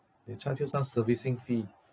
they charge you some servicing fee